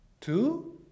Two